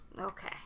Okay